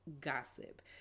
gossip